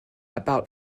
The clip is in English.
about